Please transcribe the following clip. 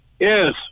Yes